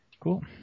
Cool